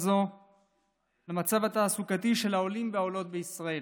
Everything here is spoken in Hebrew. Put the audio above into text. זו למצב התעסקותי של העולים והעולות בישראל.